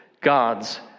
God's